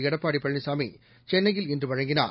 எடப்பாடி பழனிசாமி சென்னையில் இன்று வழங்கினார்